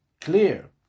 clear